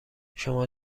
شما